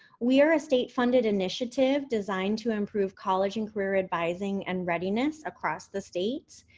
we are a state-funded initiative designed to improve college and career advising and readiness across the states,